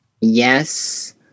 Yes